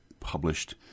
published